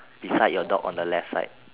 beside your dog on the left side